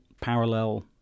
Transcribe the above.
parallel